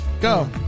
go